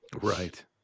right